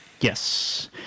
Yes